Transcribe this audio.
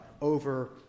over